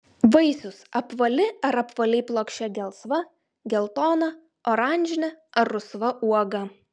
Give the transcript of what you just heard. vaisius apvali ar apvaliai plokščia gelsva geltona oranžinė ar rusva uoga